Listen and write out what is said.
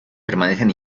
permanecen